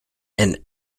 and